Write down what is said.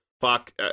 fuck